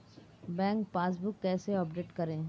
Bank passbook कैसे update करें?